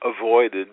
avoided